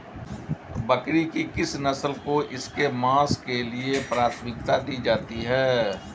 बकरी की किस नस्ल को इसके मांस के लिए प्राथमिकता दी जाती है?